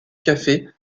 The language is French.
café